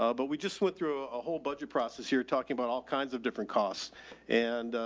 ah but we just went through a whole budget process here, talking about all kinds of different costs and,